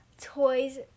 toys